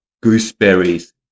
gooseberries